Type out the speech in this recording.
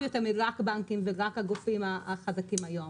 יותר מאשר רק בנקים ורק הגופים החזקים היום.